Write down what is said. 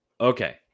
Okay